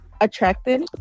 attracted